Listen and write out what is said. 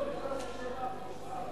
אדוני היושב-ראש, מי השר שצריך